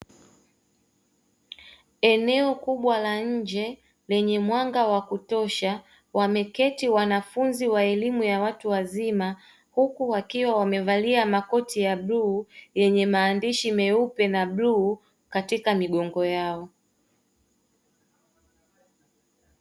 Eneo kubwa la njee lenye mwanga wa kutosha wameketi wanafunzi wa elimu ya watu wazima, huku wakiwa wamevalia makoti ya bluu yenye maandishi meupe na bluu katika migongo yao.